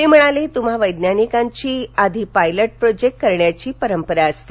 ते म्हणाले तुम्हा वैज्ञानिकांची आधी पायलट प्रोजेक्ट करण्याची परंपरा असते